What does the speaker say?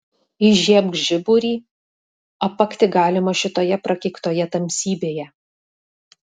įžiebk žiburį apakti galima šitoje prakeiktoje tamsybėje